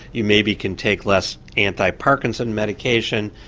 you maybe can take less anti-parkinson's medication.